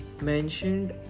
mentioned